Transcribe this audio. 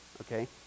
okay